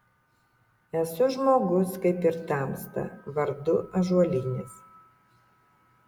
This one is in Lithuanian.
esu žmogus kaip ir tamsta vardu ąžuolinis